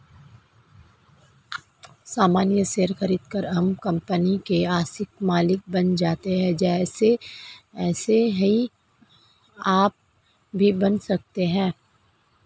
सामान्य शेयर खरीदकर हम कंपनी के आंशिक मालिक बन जाते है ऐसे ही आप भी बन सकते है